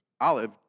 olive